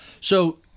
So-